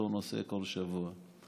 אותו נושא כל שבוע.